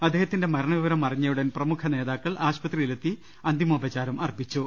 അദ്ദേഹത്തിന്റെ മരണ വിവരം അറിഞ്ഞയുടൻ പ്രമുഖ നേതാക്കൾ ആശുപത്രിയിലെത്തി അന്തിമോപചാരം അർപ്പിച്ചു